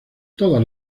todas